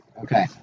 Okay